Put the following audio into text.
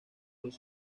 los